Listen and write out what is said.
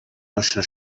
آشنا